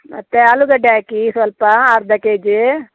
ಮತ್ತು ಆಲೂಗಡ್ಡೆ ಹಾಕಿ ಸ್ವಲ್ಪ ಅರ್ಧ ಕೆ ಜಿ